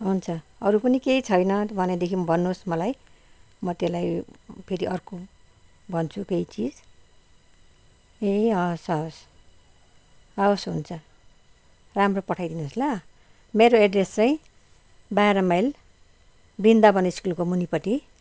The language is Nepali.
हुन्छ अरू पनि केही छैन भनेदेखि भन्नुहोस् मलाई म त्यसलाई फेरि अर्को भन्छु केही चिज ए हवस् हवस् हवस् हुन्छ राम्रो पठाइ दिनुहोस् ल मेरो एड्रेस चाहिँ बार माइल वृन्दावन स्कुलको मुनिपट्टि